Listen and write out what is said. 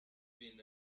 been